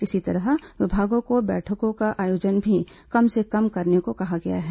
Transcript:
इसी तरह विभागों को बैठकों का आयोजन भी कम से कम करने को कहा गया है